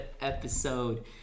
episode